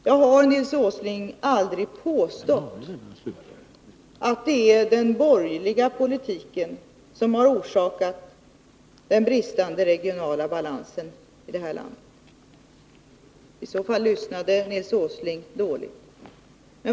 Jag har, Nils Åsling, aldrig påstått att det är den borgerliga politiken som har orsakat den bristande regionala balansen här i landet. Fick Nils Åsling det intrycket lyssnade han dåligt.